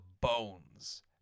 bones